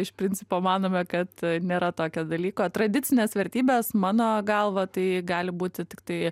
iš principo manome kad nėra tokio dalyko tradicinės vertybės mano galva tai gali būti tiktai